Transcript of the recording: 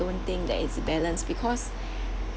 don't think that it's balanced because